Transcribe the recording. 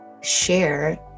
share